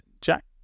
Jack